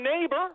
neighbor